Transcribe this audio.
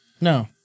No